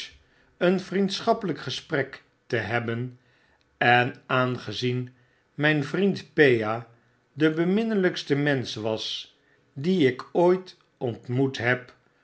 een vriendschappelijk gesprek te hebben en aangezien mip vriend pea de beminnelykste mensch was die ik ooit ontmoet beb